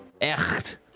Echt